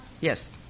Yes